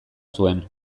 zuen